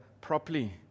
properly